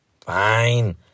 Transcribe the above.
Fine